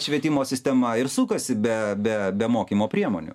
švietimo sistema ir sukasi be be be mokymo priemonių